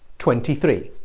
twenty-three